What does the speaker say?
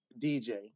DJ